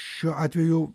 šiuo atveju